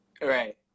Right